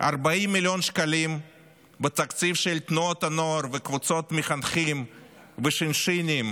40 מיליון שקלים בתקציב תנועות הנוער וקבוצות מחנכים וש"שינים